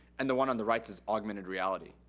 and the one on the right says augmented reality.